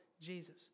Jesus